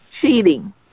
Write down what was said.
Cheating